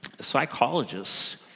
Psychologists